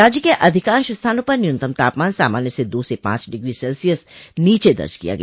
राज्य के अधिकांश स्थानों पर न्यूनतम तापमान सामान्य से दो से पांच डिग्रो सेल्सियस नीचे दर्ज किया गया